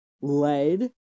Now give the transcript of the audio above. lead